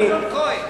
אני, אמנון כהן.